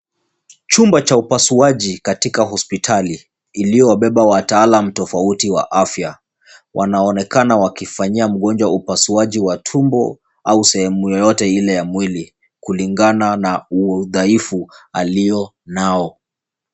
Chumba cha upasuaji katika hospitali, iliyowabeba wataalam tofauti wa afya. Wanaonekana wakifanyia mgonjwa upasuaji wa tumbo au sehemu yoyote ile ya mwili, kulingana na udhaifu alio nao.